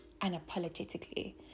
unapologetically